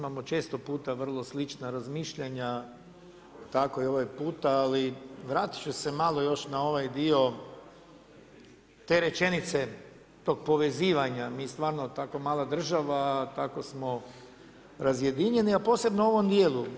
Pa mislim, imamo često puta vrlo slična razmišljanja, tako i ovaj puta, ali vratiti ću se malo još na ovaj dio, te rečenice, tog povezivanja, mi stvarno tako mala država, a tako smo razjedinjeni, a posebno u ovom dijelu.